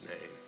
name